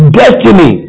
destiny